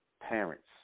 parents